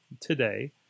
today